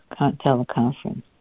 teleconference